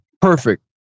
Perfect